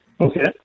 Okay